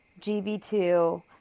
GB2